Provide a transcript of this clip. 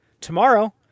tomorrow